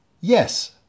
yes